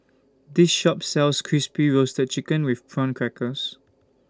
This Shop sells Crispy Roasted Chicken with Prawn Crackers